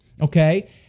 okay